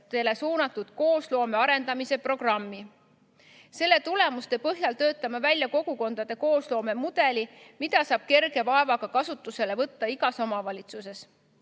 suunatud koosloome arendamise programmi. Selle tulemuste põhjal töötame välja kogukondade koosloome mudeli, mida saab kerge vaevaga kasutusele võtta igas omavalitsuses. Probleemina